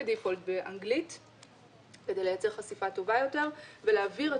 כ-default באנגלית כדי לייצר חשיפה טובה יותר ולהעביר את